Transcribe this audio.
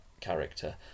character